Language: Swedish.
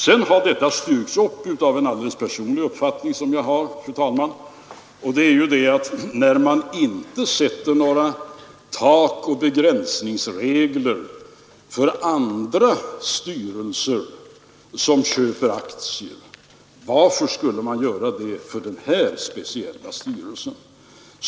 Sedan har detta stöttats upp av en alldeles personlig uppfattning som jag har, fru talman, nämligen att när man inte sätter några tak och begränsningsregler för andra styrelser som köper aktier, varför skulle man då göra det för den här speciella styrelsen?